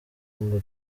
ngo